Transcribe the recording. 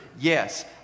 yes